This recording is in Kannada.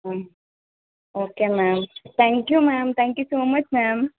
ಹ್ಞೂ okay ma'am thank you ma'am thank you so much ma'am